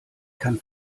kann